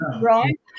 right